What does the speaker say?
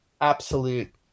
absolute